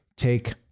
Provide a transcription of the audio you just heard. take